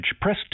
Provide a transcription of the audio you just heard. press